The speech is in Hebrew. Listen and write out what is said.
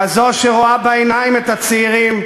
כזו שרואה בעיניים את הצעירים,